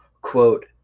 Quote